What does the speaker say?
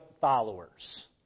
followers